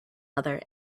other